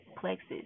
plexus